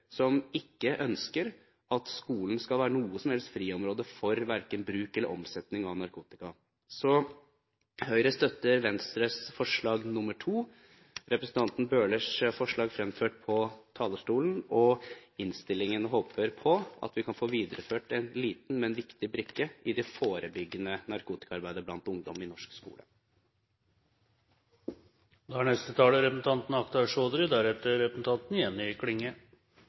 som ikke ønsker at skolen skal være et friområde for bruk eller omsetning av narkotika. Så Høyre støtter Venstres forslag nr. 2, representanten Bøhlers forslag fremført fra talerstolen og innstillingen, og håper på at vi kan få videreført en liten, men viktig brikke i det forebyggende narkotikaarbeidet blant ungdom i norsk